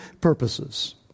purposes